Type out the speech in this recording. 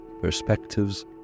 perspectives